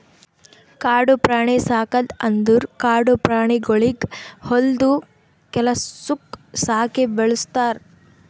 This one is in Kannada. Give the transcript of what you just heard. ಕಾಡು ಪ್ರಾಣಿ ಸಾಕದ್ ಅಂದುರ್ ಕಾಡು ಪ್ರಾಣಿಗೊಳಿಗ್ ಹೊಲ್ದು ಕೆಲಸುಕ್ ಸಾಕಿ ಬೆಳುಸ್ತಾರ್